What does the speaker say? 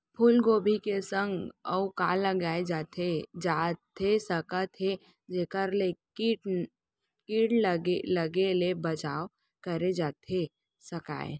फूलगोभी के संग अऊ का लगाए जाथे सकत हे जेखर ले किट लगे ले बचाव करे जाथे सकय?